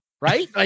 right